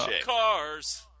cars